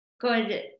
good